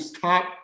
top